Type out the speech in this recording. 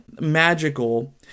magical